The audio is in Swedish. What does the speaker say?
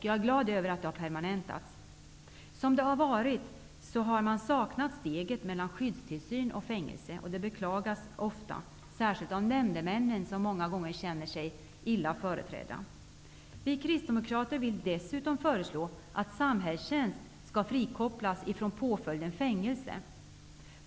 Jag är glad över att detta har permanentats. Steget mellan skyddstillsyn och fängelse har saknats. Detta beklagas ofta -- särskilt av nämndemännen, som många gånger känner sig illa företrädda. Vi kristdemokrater föreslår dessutom att samhällstjänsten skall frikopplas från påföljden fängelse.